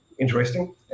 interesting